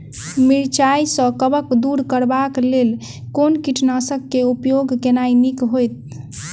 मिरचाई सँ कवक दूर करबाक लेल केँ कीटनासक केँ उपयोग केनाइ नीक होइत?